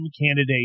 candidate